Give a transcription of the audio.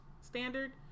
standard